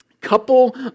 couple